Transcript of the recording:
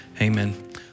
amen